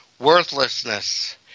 Worthlessness